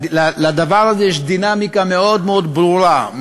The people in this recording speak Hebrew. לדבר הזה יש דינמיקה מאוד מאוד ברורה,